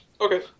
Okay